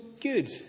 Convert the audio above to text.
good